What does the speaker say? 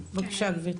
בבקשה גברתי.